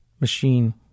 machine